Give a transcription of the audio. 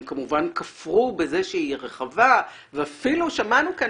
הם כמובן כפרו בזה שהיא רחבה ואפילו שמענו כאן